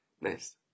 Nice